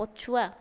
ପଛୁଆ